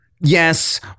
Yes